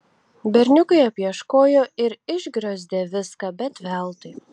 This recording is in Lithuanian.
berniukai apieškojo ir išgriozdė viską bet veltui